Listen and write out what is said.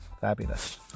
fabulous